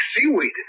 seaweed